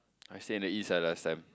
I stay in the east lah last time